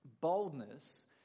boldness